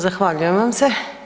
Zahvaljujem vam se.